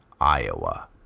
Iowa